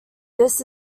this